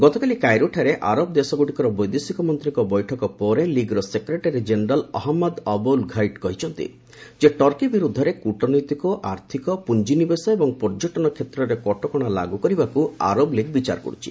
ଗତକାଲି କାଇରୋଠାରେ ଆରବ ଦେଶଗୁଡ଼ିକର ବୈଦେଶିକ ମନ୍ତ୍ରୀଙ୍କ ବୈଠକ ପରେ ଲିଗର secretary general Ahmed Aboul Gheit କହିଛନ୍ତି ଯେ ଟର୍କି ବିରୁଦ୍ଧରେ କୁଟନୈତିକ ଆର୍ଥିକ ପୁଞ୍ଜିନିବେଶ ଏବଂ ପର୍ଯ୍ୟଟନ କ୍ଷେତ୍ରରେ କଟକଶା ଲାଗୁ କରିବାକୁ ଆରବ ଲିଗ୍ ବିଚାର କରୁଛି